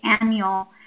annual